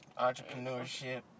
Entrepreneurship